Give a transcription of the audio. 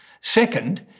Second